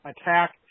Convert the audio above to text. attack